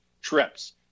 trips